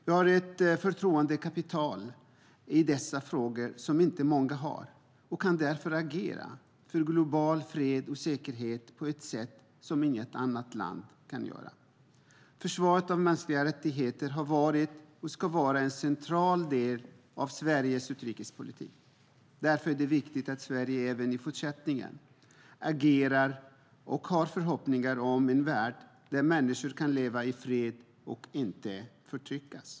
Vi har ett förtroendekapital i dessa frågor som inte många har och kan därför agera för global fred och säkerhet på ett sätt som inget annat land kan göra. Försvaret av mänskliga rättigheter har varit och ska vara en central del av Sveriges utrikespolitik. Därför är det viktigt att Sverige även i fortsättningen agerar för och har förhoppningar om en värld där människor kan leva i fred och inte förtrycks.